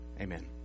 Amen